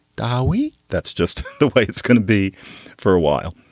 dowi that's just the way it's going to be for a while.